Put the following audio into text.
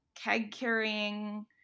keg-carrying